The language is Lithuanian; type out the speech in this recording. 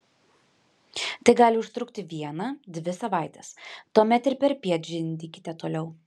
tai gali užtrukti vieną dvi savaites tuomet ir perpiet žindykite toliau